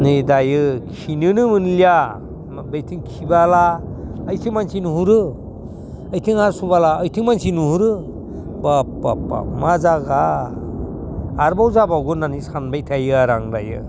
नै दायो खिनोनो मोनलिया बैथिं खिबोला ओइथिं मानसि नुहुरो बैथिं हासुबोलाओइथिं मानसि नुहुरो बाब बाब बाब मा जायगा आरोबाव जाबावगोन होननानै सानबाय थायो आरो आं दायो